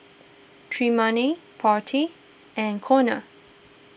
Tremayne Marty and Conner